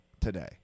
today